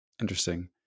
interesting